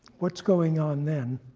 what's going on then?